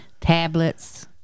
tablets